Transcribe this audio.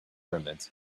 pyramids